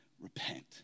Repent